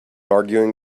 arguing